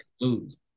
lose